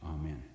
Amen